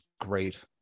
great